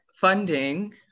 funding